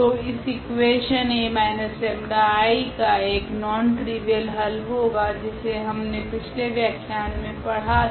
तो इस इकुवेशन 𝐴−𝜆𝐼 का एक नॉन ट्रिवियल हल होगा जिसे हमने पिछले व्याख्यान मे पढ़ा था